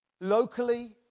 locally